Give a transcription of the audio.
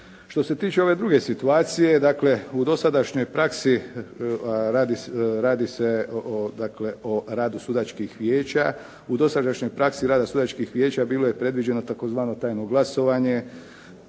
Što se tiče ove druge situacije, dakle u dosadašnjoj praksi radi se o radu sudačkih vijeća. U dosadašnjoj praksi rada sudačkih vijeća bilo je predviđeno tzv. tajno glasovanje